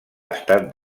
estat